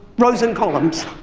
rows and columns.